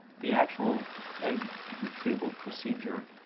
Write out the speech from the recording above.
the actual egg retrieval procedure